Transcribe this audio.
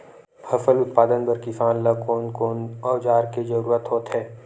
फसल उत्पादन बर किसान ला कोन कोन औजार के जरूरत होथे?